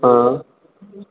हां